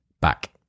back